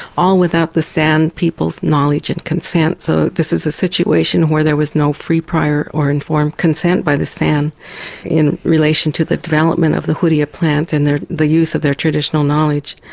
all without the san people's knowledge and consent. so this is a situation where there was no free prior or informed consent by the san in relation to the development of the hoodya plant and the use of their traditional knowledge.